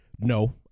No